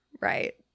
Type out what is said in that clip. right